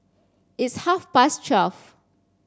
its half past twelve